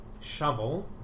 shovel